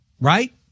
right